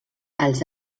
els